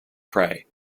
prey